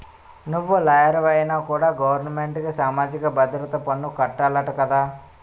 నువ్వు లాయరువైనా కూడా గవరమెంటుకి సామాజిక భద్రత పన్ను కట్టాలట కదా